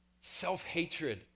Self-hatred